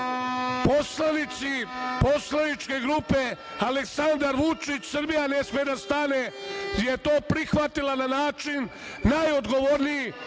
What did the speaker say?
poslanici poslaničke grupe „Aleksandar Vučić – Srbija ne sme da stane“ je to prihvatila na način najodgovorniji,